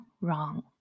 wrong